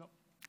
לא.